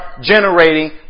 generating